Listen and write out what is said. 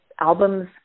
albums